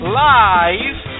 live